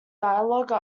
dialogue